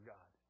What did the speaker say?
God